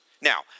Now